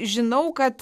žinau kad